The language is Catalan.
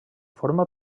forma